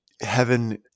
heaven